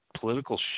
political